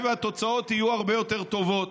זה נכון שכשחבר כנסת ערבי,